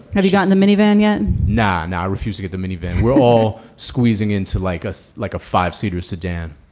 have you gotten the minivan yet? nah. now i refuse to get the minivan. we're all squeezing into like us like a five seater sedan.